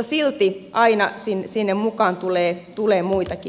silti aina sinne mukaan tulee muitakin